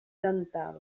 una